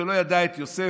שלא ידע את יוסף.